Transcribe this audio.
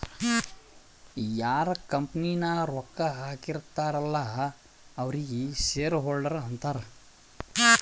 ಯಾರ್ ಕಂಪನಿ ನಾಗ್ ರೊಕ್ಕಾ ಹಾಕಿರ್ತಾರ್ ಅಲ್ಲಾ ಅವ್ರಿಗ ಶೇರ್ ಹೋಲ್ಡರ್ ಅಂತಾರ